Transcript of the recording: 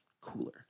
cooler